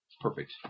perfect